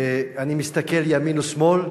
אני מסתכל ימין ושמאל,